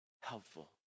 helpful